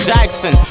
Jackson